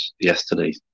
yesterday